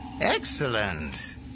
Excellent